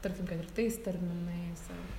tarkim kad ir tais terminais